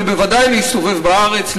אבל בוודאי להסתובב בארץ,